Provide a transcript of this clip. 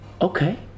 okay